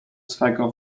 swego